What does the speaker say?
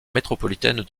métropolitaine